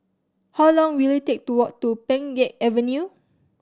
how long will it take to walk to Pheng Geck Avenue